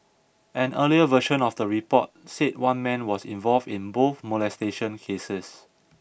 an earlier version of the report said one man was involved in both molestation cases